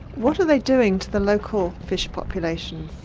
what are they doing to the local fish populations?